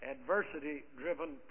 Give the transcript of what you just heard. Adversity-driven